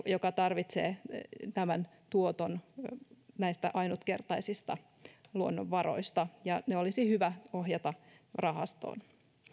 joka tarvitsee tämän tuoton näistä ainutkertaisista luonnonvaroista ja ne olisi hyvä ohjata rahastoon